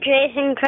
Jason